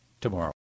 tomorrow